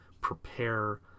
prepare